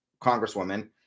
congresswoman